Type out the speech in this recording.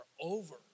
over